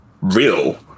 real